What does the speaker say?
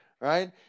Right